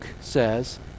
says